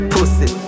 Pussy